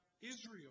Israel